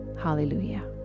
Hallelujah